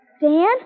Dan